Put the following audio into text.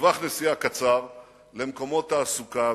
בטווח נסיעה קצר למקומות תעסוקה.